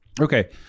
Okay